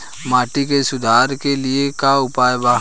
माटी के सुधार के लिए का उपाय बा?